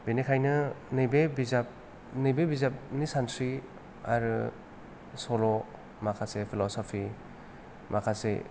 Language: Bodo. बेनिखायनो नैबे बिजाब नैबे बिजाबनि सानस्रि आरो सल' माखासे फिल'स'फि माखासे